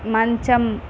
మంచం